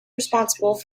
responsible